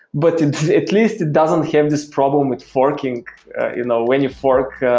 but at least it doesn't have this problem with forking you know when you fork,